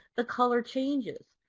the color changes.